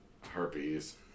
herpes